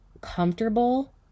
comfortable